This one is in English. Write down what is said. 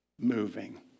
moving